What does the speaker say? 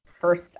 first